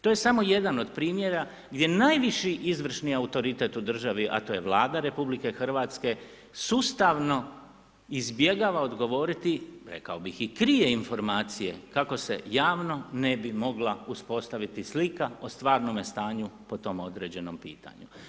To je samo jedan od primjera gdje najviši izvršni autoritet u državi a to je Vlada RH sustavno izbjegava odgovoriti, rekao bih i krije informacije kako se javno ne bi mogla uspostaviti slika o stvarnome stanju po tom određenom pitanju.